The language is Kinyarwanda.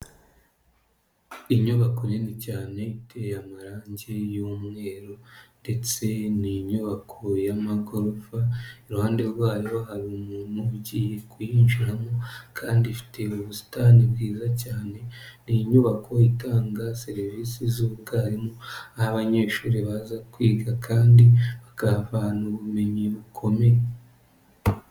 Inyubako nini cyane iteye amarange y'umweru ndetse ni inyubako y'amagorofa, iruhande rwayo hari umuntu ugiye kuyinjiramo kandi afite ubusitani bwiza cyane, ni inyubako itanga serivise z'ubwarimu, aho abanyeshuri baza kwiga kandi bakahavana ubumenyi bukomeye.